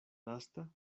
lasta